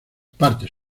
partes